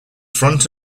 front